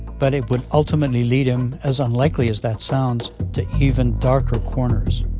but it would ultimately lead him as unlikely as that sounds to even darker corners